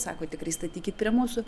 sako tikrai statykit prie mūsų